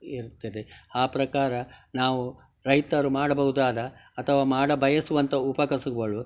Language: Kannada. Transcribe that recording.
ಇರ್ತದೆ ಆ ಪ್ರಕಾರ ನಾವು ರೈತರು ಮಾಡಬಹುದಾದ ಅಥವಾ ಮಾಡಬಯಸುವಂಥ ಉಪಕಸಬುಗಳು